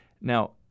Now